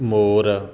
ਮੋਰ